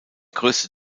grösste